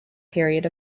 period